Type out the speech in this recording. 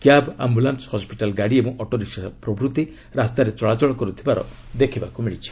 cab ambulance ହୱିଟାଲ୍ ଗାଡ଼ି ଏବଂ ଅଟୋ ରିକ୍ସା ପ୍ରଭୂତି ରାସ୍ତାରେ ଚଳାଚଳ କରିଥିବାର ଦେଖିବାକୁ ମିଳିଛି